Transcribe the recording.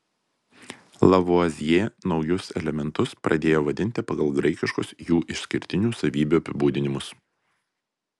lavuazjė naujus elementus pradėjo vadinti pagal graikiškus jų išskirtinių savybių apibūdinimus